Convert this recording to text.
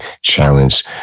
Challenge